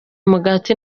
umugati